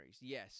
Yes